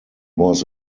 was